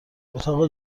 اتاق